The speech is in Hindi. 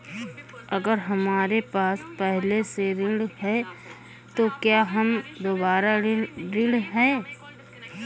अगर हमारे पास पहले से ऋण है तो क्या हम दोबारा ऋण हैं?